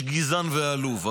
ועדת אתיקה.